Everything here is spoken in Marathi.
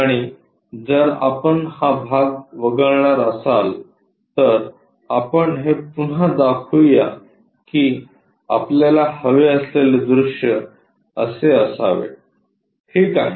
आणि जर आपण हा भाग वगळणार असाल तर आपण हे पुन्हा दाखवू या की आपल्याला हवे असलेले दृश्य असे असावे ठीक आहे